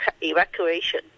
evacuation